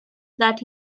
that